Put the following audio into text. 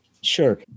Sure